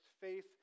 faith